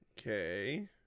Okay